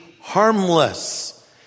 harmless